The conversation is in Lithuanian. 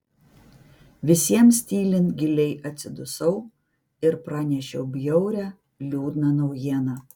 visiems tylint giliai atsidusau ir pranešiau bjaurią liūdną naujieną